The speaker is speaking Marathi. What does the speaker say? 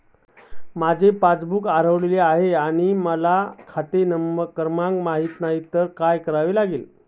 माझे पासबूक हरवले आहे आणि मला खाते क्रमांक माहित नाही तर काय करावे लागेल?